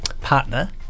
partner